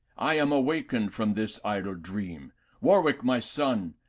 i am awakened from this idle dream warwick, my son,